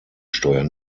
steuer